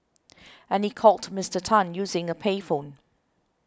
and he called Mister Tan using a payphone